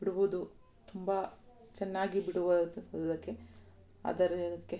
ಬಿಡುವುದು ತುಂಬ ಚೆನ್ನಾಗಿ ಬಿಡುವುದಕ್ಕೆ ಅದಕೆ